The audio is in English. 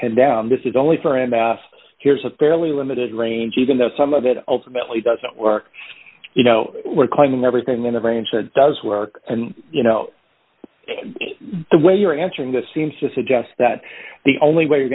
that this is only for him here's a fairly limited range even though some of it ultimately doesn't work you know we're climbing everything in the range that does work and you know the way you're answering this seems to suggest that the only way you're